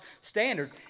standard